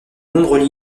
nombreux